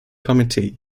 committee